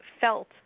felt